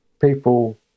People